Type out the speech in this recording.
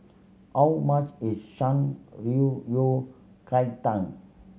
how much is Shan Rui Yao Cai Tang